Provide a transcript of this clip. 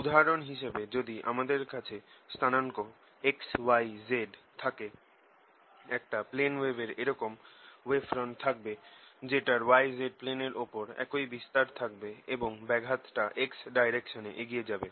উদাহরণ হিসেবে যদি আমাদের কাছে স্থানাঙ্ক xyz থাকে একটা প্লেন ওয়েভের এরকম ওয়েভফ্রন্ট থাকবে যেটার yz প্লেনের ওপর একই বিস্তার থাকবে এবং ব্যাঘাতটা x ডাইরেকশনে এগিয়ে যাবে